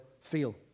feel